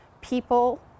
people